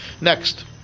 Next